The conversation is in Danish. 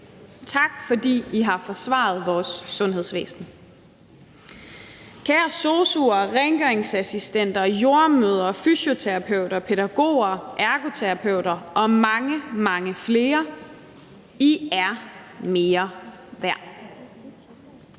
Tak, fordi I har forsvaret vores sundhedsvæsen. Kære sosu'er og rengøringsassistenter og jordemødre, fysioterapeuter, pædagoger, ergoterapeuter og mange, mange flere! I er mere værd.